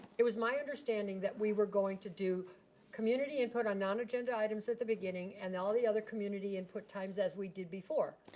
it was my understanding that we were going to do community input on non-agenda items at the beginning and all the other community input times as we did before.